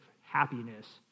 happiness